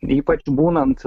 ypač būnant